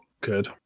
good